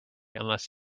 unless